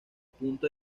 punto